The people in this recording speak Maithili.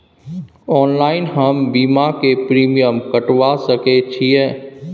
ऑनलाइन हम बीमा के प्रीमियम कटवा सके छिए?